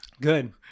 Good